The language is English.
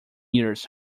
years